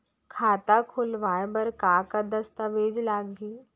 खाता खोलवाय बर का का दस्तावेज लागही?